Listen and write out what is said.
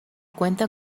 cuenta